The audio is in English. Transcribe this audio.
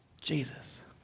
Jesus